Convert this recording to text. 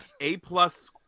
A-plus